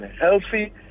healthy